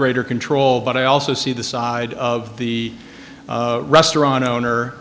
greater control but i also see the side of the restaurant owner